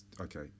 Okay